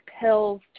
pills